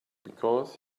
because